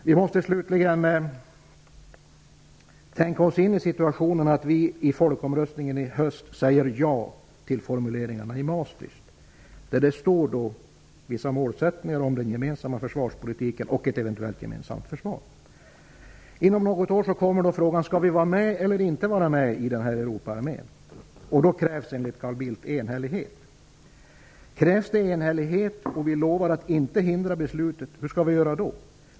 Slutligen måste vi tänka oss in i situationen att vi i folkomröstningen i höst säger ja till formuleringarna i Maastricht. Där ingår vissa målsättningar för den gemensamma försvarspolitiken och ett eventuellt gemensamt försvar. Inom något år kommer då frågan om vi skall vara med eller inte i Europaarmén. Då krävs, enligt Carl Bildt, enhällighet. Hur skall vi göra om det krävs enhällighet och vi lovar att inte hindra beslutet?